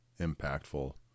impactful